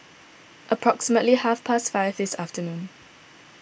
approximately half past five this afternoon